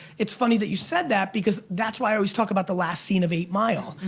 it's funny that you said that because that's why i always talk about the last scene of eight mile.